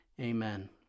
Amen